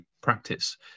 practice